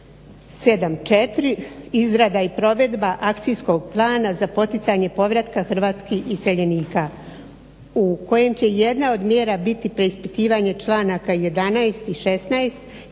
7.4. izrada i provedba Akcijskog plana za poticanje povratka hrvatskih iseljenika u kojem će jedna od mjera biti preispitivanje članaka 11. i 16.